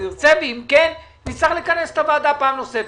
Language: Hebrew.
נצטרך לקבל את המועצה פעם נוספת.